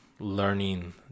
learning